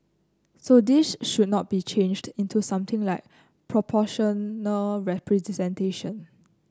so this should not be changed into something like proportional representation